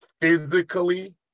physically